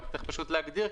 צריך פשוט להגדיר,